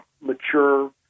mature